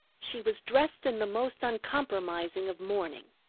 she was dressed in the most uncompromising of mourning,